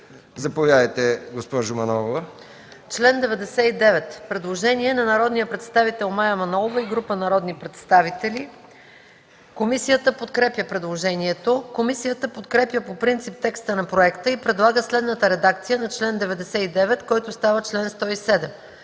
Заповядайте, госпожо Манолова.